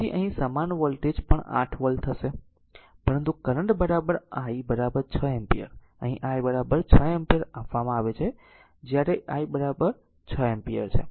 તેથી અહીં સમાન વોલ્ટેજ પણ 8 વોલ્ટ છે પરંતુ કરંટ I r 6 એમ્પીયર અહીં I 6 એમ્પીયર આપવામાં આવે છે જ્યારે I 6 એમ્પીયર છે